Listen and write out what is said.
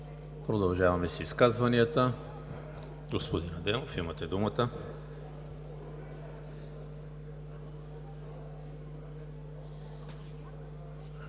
Продължаваме с изказванията. Господин Адемов, имате думата.